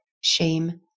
shame